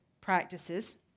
practices